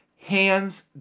Hands